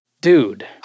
dude